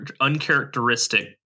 uncharacteristic